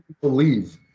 believe